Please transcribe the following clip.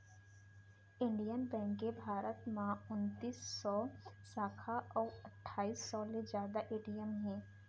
Indian bank के भारत म उनतीस सव साखा अउ अट्ठाईस सव ले जादा ए.टी.एम हे